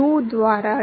you 099 की ओर जाता है